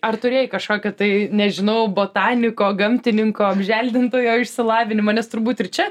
ar turėjai kažkokį tai nežinau botaniko gamtininko apželdintojo išsilavinimą nes turbūt ir čia